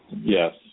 yes